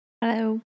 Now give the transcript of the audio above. Hello